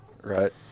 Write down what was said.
Right